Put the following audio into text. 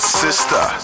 sister